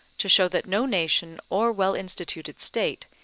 to show that no nation, or well-instituted state,